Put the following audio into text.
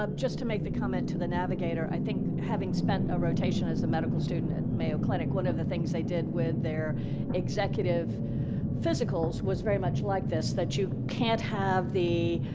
just to make the comment to the navigator, i think, having spent a rotation as a medical student at mayo clinic, one of the things they did with their executive physicals was very much like this that you can't have the